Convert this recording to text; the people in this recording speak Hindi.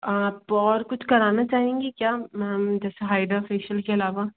आप और कुछ करना चाहेंगी क्या मैम जैसे हाईड्रा फ़ेशियल के अलावा